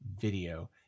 video